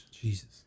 Jesus